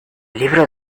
libro